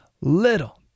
little